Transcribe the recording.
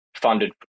funded